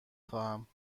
خواهم